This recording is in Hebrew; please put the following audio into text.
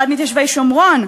ועד מתיישבי שומרון,